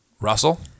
Russell